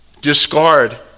discard